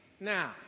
now